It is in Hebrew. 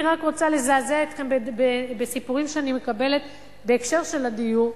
אני רק רוצה לזעזע אתכם בסיפורים שאני מקבלת בהקשר של הדיור,